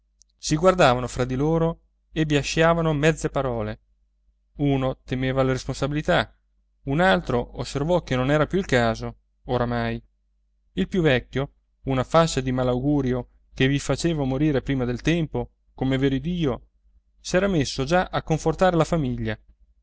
si guardavano fra di loro e biasciavano mezze parole uno temeva la responsabilità un altro osservò che non era più il caso oramai il più vecchio una faccia di malaugurio che vi faceva morire prima del tempo com'è vero dio s'era messo già a confortare la famiglia